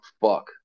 fuck